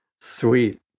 Sweet